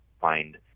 find